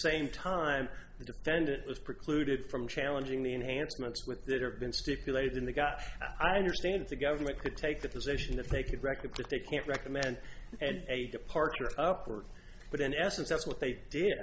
same time the defendant was precluded from challenging the enhancements with that have been stipulated in the gut i understand the government could take the position that they could record that they can't recommend and departure upward but in essence that's what they did